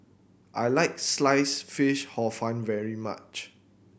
I like Sliced Fish Hor Fun very much